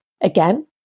Again